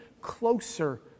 closer